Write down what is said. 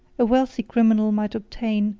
a wealthy criminal might obtain,